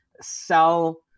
sell